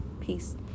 Peace